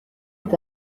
est